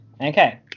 Okay